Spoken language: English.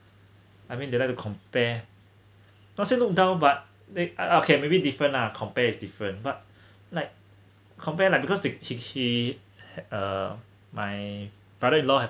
I mean they like to compare not say look down but they uh okay maybe different lah compare is different but like compare lah because they he he uh my brother in law have